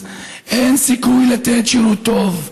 אין סיכוי לתת שירות טוב.